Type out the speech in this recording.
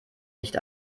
nicht